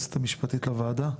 היועצת המשפטית לוועדה,